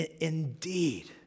Indeed